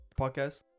podcast